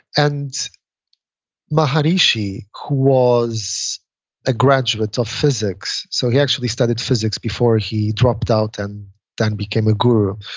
and maharishi who was a graduate of physics. so he actually studied physics before he dropped out and then became a guru.